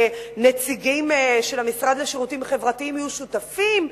ונציגים של המשרד לשירותים חברתיים יהיו שותפים,